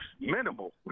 Minimal